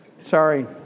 Sorry